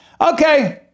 okay